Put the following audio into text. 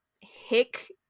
hick